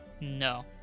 No